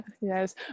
Yes